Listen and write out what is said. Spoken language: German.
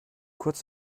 kurz